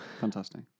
fantastic